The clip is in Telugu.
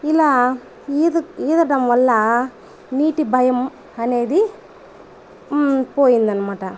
ఇలా ఈద్ ఈదడం వల్ల నీటి భయం అనేది పోయిందనమాట